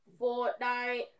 Fortnite